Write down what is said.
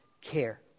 Care